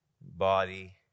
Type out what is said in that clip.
body